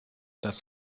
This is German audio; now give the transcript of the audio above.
das